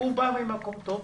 הוא בא ממקום טוב.